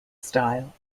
style